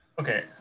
okay